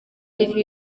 iriho